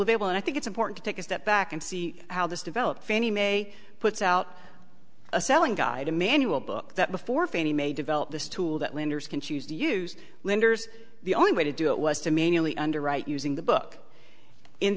available and i think it's important to take a step back and see how this developed fannie mae puts out a selling guide a manual book that before fannie mae developed this tool that lenders can choose to use lenders the only way to do it was to manually underwrite using the book in